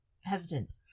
hesitant